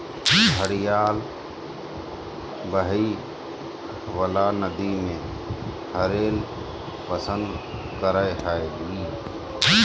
घड़ियाल बहइ वला नदि में रहैल पसंद करय हइ